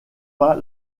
pas